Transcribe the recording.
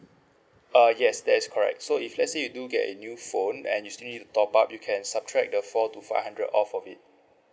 uh yes that is correct so if let's say you do get a new phone and you still need to top up you can subtract the four to five hundred off of it